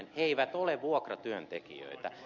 he eivät ole vuokratyöntekijöitä